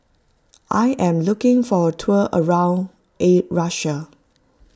I am looking for a tour around Russia